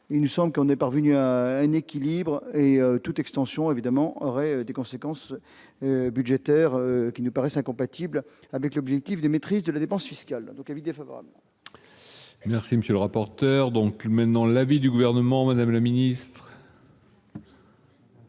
une somme qui on est parvenu à un équilibre et toute extension évidemment auraient des conséquences budgétaires qui nous paraissent incompatibles avec l'objectif de maîtrise de la dépense fiscale donc avis défavorable. Merci, monsieur le rapporteur, donc même dans la vie du gouvernement Madame la ministre.